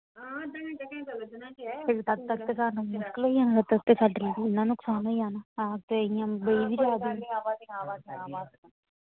फिर तब तक ते सानू मुश्कल होई जानी तब तक ते साढ़ा इन्ना नुक्सान होई जाना